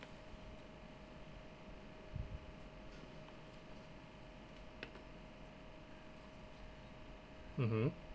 mmhmm